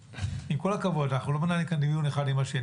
עם כל הכבוד, אנחנו לא מנהלים דיון אחד עם השני.